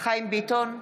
חיים ביטון,